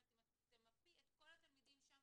אם את תמפי את כל התלמידים שם,